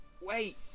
wait